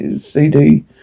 cd